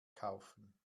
kaufen